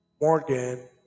Morgan